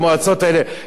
אדוני היושב-ראש,